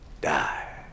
die